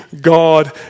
God